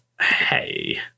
hey